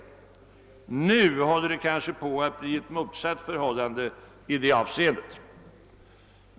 Nu håller det kanske på att bli ett motsatt förhållande i detta avseende.